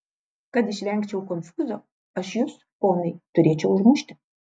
kad išvengčiau konfūzo aš jus ponai turėčiau užmušti